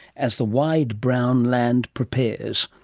as the wide brown land prepares,